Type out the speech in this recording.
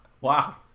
wow